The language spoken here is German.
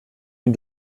ihn